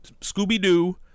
Scooby-Doo